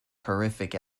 horrific